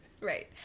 Right